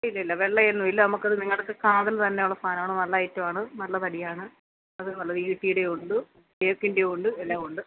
ഇല്ല ഇല്ല വെളളയൊന്നുമില്ല നമുക്കത് നിങ്ങളുടെ അടുത്ത് കാതൽ തന്നെയുള്ള സാധനമാണ് നല്ല ഐറ്റം ആണ് നല്ല തടിയാണ് അത് നല്ല ഈട്ടിയുടെയുണ്ട് തേക്കിൻ്റെയുണ്ട് എല്ലാം ഉണ്ട്